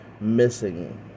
missing